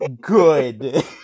good